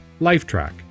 Lifetrack